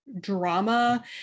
drama